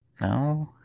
No